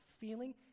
feeling